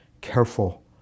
careful